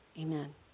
amen